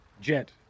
Jet